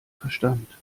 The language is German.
verstand